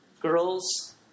girls